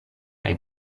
kaj